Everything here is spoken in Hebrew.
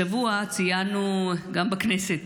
השבוע ציינו גם בכנסת,